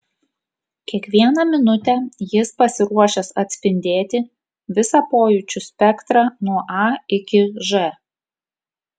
kiekvieną minutę jis pasiruošęs atspindėti visą pojūčių spektrą nuo a iki ž